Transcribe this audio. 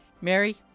Mary